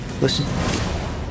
Listen